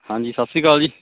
ਹਾਂਜੀ ਸਤਿ ਸ਼੍ਰੀ ਅਕਾਲ ਜੀ